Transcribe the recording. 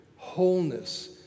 Wholeness